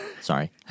Sorry